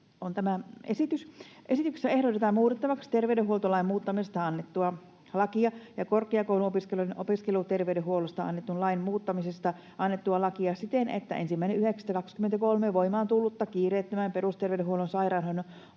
Esityksessä ehdotetaan muutettavaksi terveydenhuoltolain muuttamisesta annettua lakia ja korkeakouluopiskelijoiden opiskeluterveydenhuollosta annetun lain muuttamisesta annettua lakia siten, että 1.9.2023 voimaan tullutta kiireettömän perusterveydenhuollon sairaanhoidon